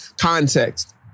context